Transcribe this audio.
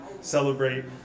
celebrate